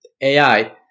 AI